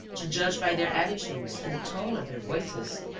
to judge by their attitudes and the tone of their voices,